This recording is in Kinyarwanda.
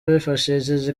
bifashishije